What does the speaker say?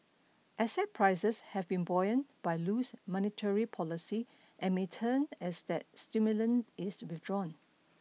asset prices have been by loose monetary policy and may turn as that is withdrawn